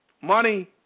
Money